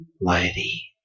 lady